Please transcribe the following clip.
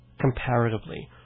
comparatively